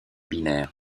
binaires